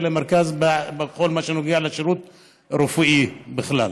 למרכז בכל מה שנוגע לשירות הרפואי בכלל.